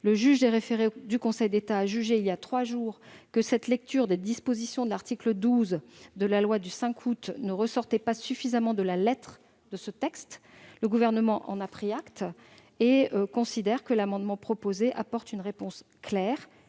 Le juge des référés du Conseil d'État a jugé il y a trois jours que cette lecture des dispositions de l'article 12 de la loi du 5 août 2021 ne ressortait pas suffisamment de la lettre de ce texte. Le Gouvernement en a pris acte et considère que l'adoption de cet amendement apportera une réponse claire,